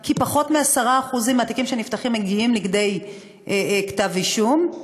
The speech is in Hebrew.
כי פחות מ-10% מהתיקים שנפתחים מגיעים לידי כתב אישום.